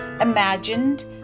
imagined